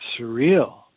surreal